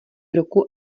roku